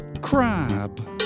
Crab